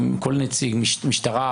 כל נציג מהמשטרה,